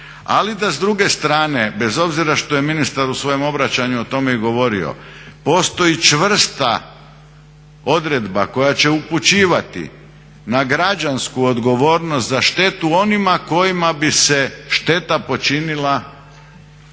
ali da s druge strane bez obzira što je ministar u svojem obraćanju o tome i govorio postoji čvrsta odredba koja će upućivati na građansku odgovornost na štetu onima kojima bi se šteta počinila